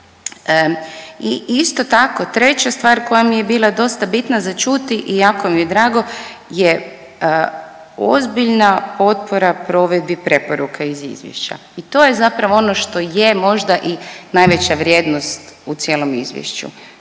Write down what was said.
I isto tako treća stvar koja mi je bila dosta bitna za čuti i jako mi je drago je ozbiljna potpora provedbi preporuke iz izvješća i to je zapravo ono što je možda i najveća vrijednost u cijelom izvješću.